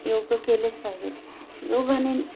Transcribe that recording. योग केलेच पाहिजेत योगाने